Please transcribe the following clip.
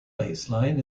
baseline